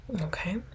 okay